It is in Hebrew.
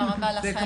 תודה רבה לכם.